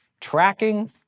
tracking